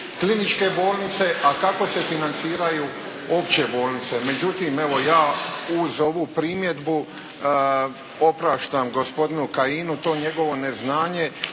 kliničke bolnice a kako se financiraju opće bolnice. Međutim, ja uz ovu primjedbu opraštam gospodinu Kajinu to njegovo neznanje